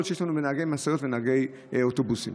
שיש לנו בנהגי משאיות ונהגי אוטובוסים.